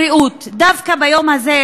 דווקא ביום הזה,